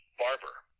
barber